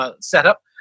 setup